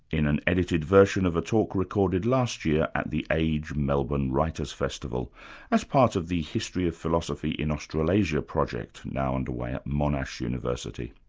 in an edited version of a talk recorded last year at the age melbourne writers' festival as part of the history of philosophy in australasia project now under way at monash university.